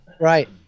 Right